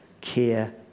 care